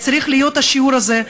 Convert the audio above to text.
צריך להיות השיעור הזה,